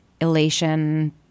elation